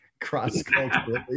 cross-culturally